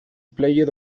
played